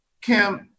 Kim